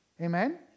Amen